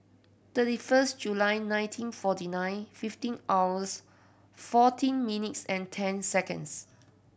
thirty first July nineteen forty nine fifteen hours fourteen minutes and ten seconds